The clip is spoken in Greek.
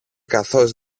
καθώς